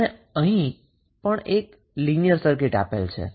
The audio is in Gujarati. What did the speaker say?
અને અહીં પણ એક લિનિયર સર્કિટ આપેલ છે